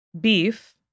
Beef